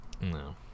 No